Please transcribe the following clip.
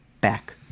back